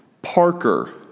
Parker